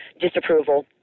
disapproval